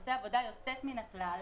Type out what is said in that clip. עושה עבודה יוצאת מן הכלל.